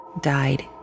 died